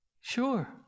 Sure